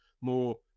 more